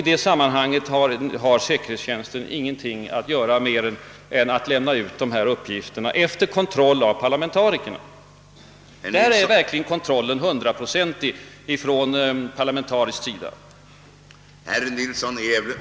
I dessa sammanhang har säkerhetstjänsten därför ingenting annat att göra än att lämna ut uppgifterna efter denna verkligt hundraprocentiga kontroll från parlamentarikernas sida.